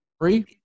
free